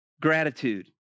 Gratitude